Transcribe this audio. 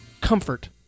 comfort